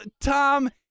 Tom